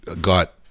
got